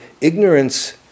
ignorance